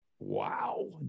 Wow